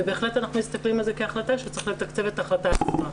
ובהחלט אנחנו מסתכלים על זה כהחלטה שצריך לתקצב את ההחלטה עצמה.